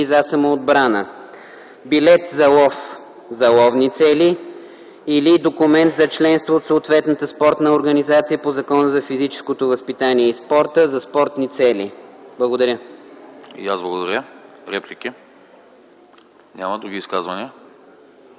за самоотбрана, билет за лов за ловни цели или документ за членство от съответната спортна организация по Закона за физическото възпитание и спорта за спортни цели;”. Благодаря. ПРЕДСЕДАТЕЛ АНАСТАС АНАСТАСОВ: И аз благодаря. Реплики? Няма. Други изказвания?